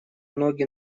ноги